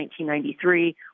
1993